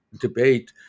debate